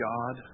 God